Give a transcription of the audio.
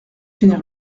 finir